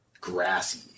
grassy